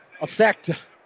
effect